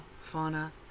fauna